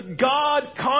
God